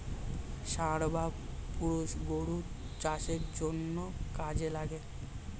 ষাঁড় বা পুরুষ গরু চাষের জন্যে কাজে লাগে